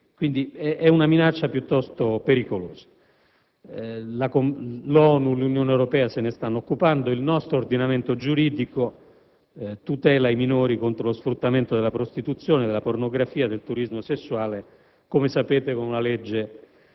quindi una minaccia piuttosto pericolosa di cui l'ONU e l'Unione Europea si stanno occupando. Il nostro ordinamento giuridico, come sapete, tutela i minori contro lo sfruttamento della prostituzione, della pornografia, del turismo sessuale con la legge